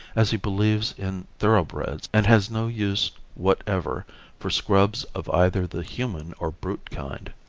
as he believes in thoroughbreds and has no use whatever for scrubs of either the human or brute kind.